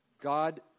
God